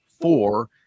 four